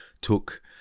took